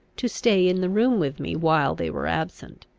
to stay in the room with me while they were absent.